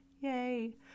Yay